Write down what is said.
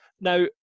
Now